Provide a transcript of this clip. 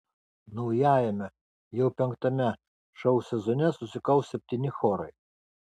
naujajame jau penktame šou sezone susikaus septyni chorai